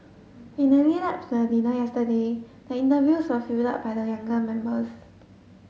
in the lead up to the dinner yesterday the interviews were fielded by the younger members